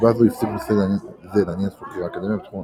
מסיבה זו הפסיק נושא זה לעניין את חוקרי האקדמיה בתחום